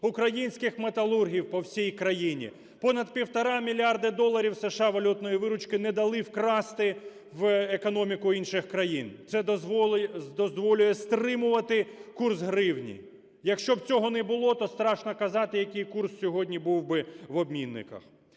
українських металургів по всій країні, понад півтора мільярда доларів США валютної виручки не дали вкрасти в економіку інших країн, це дозволяє стримувати курс гривні. Якщо б цього не було, то страшно казати, який курс сьогодні був би в обмінниках.